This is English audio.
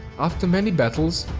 after many battles,